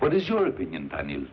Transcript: what is your opinion i mean